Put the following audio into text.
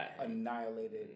annihilated